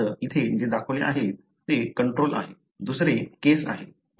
उदाहरणार्थ येथे जे दाखवले आहे ते कंट्रोल आहे दुसरे केस आहे